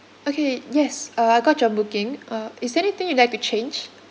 okay yes uh I got your booking uh is there anything you'd like to change